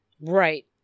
Right